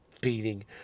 beating